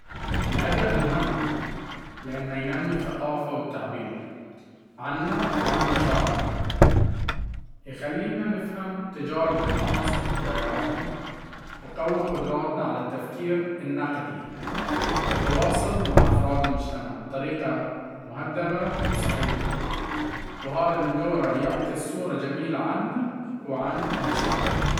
الأدب مهم لأنه ينمي الثقافة والتعبير عنا وعن مشاعرنا. يخلينا نفهم تجارب الناس وحكاياتهم، ويقوي قدرتنا على التفكير النقدي والتواصل معى أفراد المجتمع بطريقة مهذبة وصحيحة وهذا من دوره يعكس صورة جميلة عنك وعن مجتمعك.